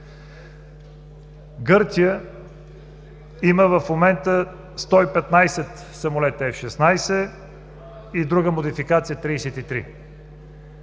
Гърция има в момента 115 самолета F-16 и друга модификация – 33.